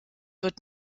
wird